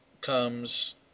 comes